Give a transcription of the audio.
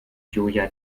julia